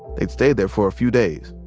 they'd stayed there for a few days,